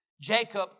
Jacob